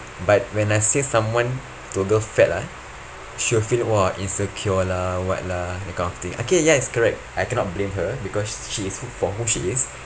but when I say someone to a girl fat ah she will feel !wah! insecure lah what lah that kind of thing okay yes correct I cannot blame her because she is for who she is